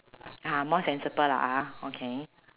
ah more sensible lah ah okay